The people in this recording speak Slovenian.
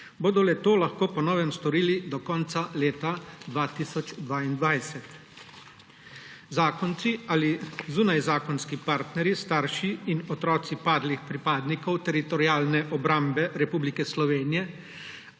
bodo le-to lahko po novem storili do konca leta 2022. Zakonci ali zunajzakonski partnerji, starši in otroci padlih pripadnikov Teritorialne obrambe Republike Slovenije